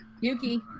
Yuki